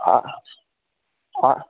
आ आ